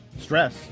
stress